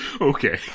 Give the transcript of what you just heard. Okay